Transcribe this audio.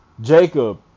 Jacob